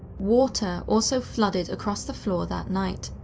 water also flooded across the floor that night,